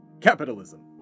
capitalism